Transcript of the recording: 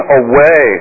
away